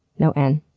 no n.